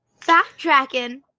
backtracking